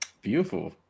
beautiful